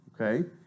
Okay